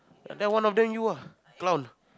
then one of them you lah clown